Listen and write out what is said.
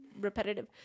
repetitive